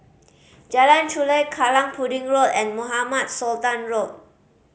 Jalan Chulek Kallang Pudding Road and Mohamed Sultan Road